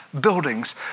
buildings